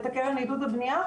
את הקרן לעידוד הבניה,